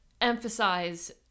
emphasize